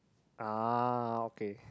ah okay